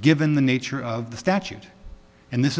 given the nature of the statute and this